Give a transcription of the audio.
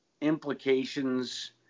implications